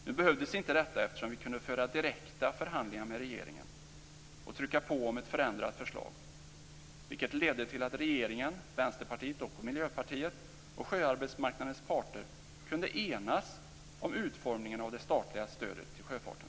Nu behövdes inte detta eftersom vi kunde föra direkta förhandlingar med regeringen och trycka på om ett ändrat förslag, vilket ledde till att regeringen, Vänsterpartiet, Miljöpartiet och sjöarbetsmarknadens parter kunde enas om utformningen av det statliga stödet till sjöfarten.